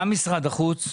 מה משרד החוץ?